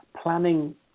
planning